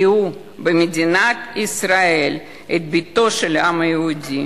ראו במדינת ישראל את ביתו של העם היהודי